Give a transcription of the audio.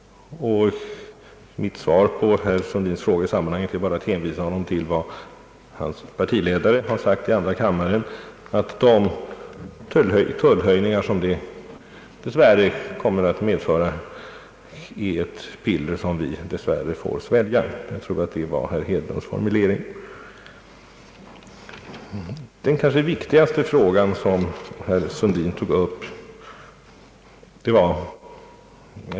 Mitt svar på herr Sundins fråga i det sammanhanget är bara en hänvisning till vad hans partiledare sagt i andra kammaren, nämligen att de tullhöjningar som anslutningen dessvärre kommer att medföra är ett piller som vi tyvärr får svälja — jag tror det var herr Hedlunds formulering. Den kanske viktigaste aspekten som herr Sundin tog upp gällde neutralitetspolitiken.